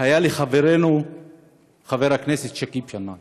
היו לחברנו חבר הכנסת שכיב שנאן